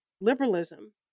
liberalism